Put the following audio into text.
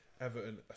Everton